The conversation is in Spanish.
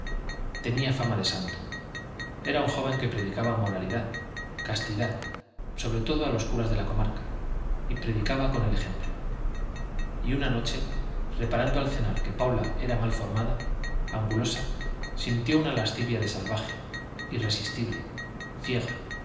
tenía fama de santo era un joven que predicaba moralidad castidad sobre todo a los curas de la comarca y predicaba con el ejemplo y una noche reparando al cenar que paula era mal formada angulosa sintió una lascivia de salvaje irresistible ciega